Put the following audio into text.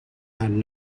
and